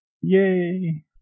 Yay